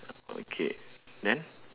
okay then